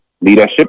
leadership